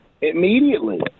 Immediately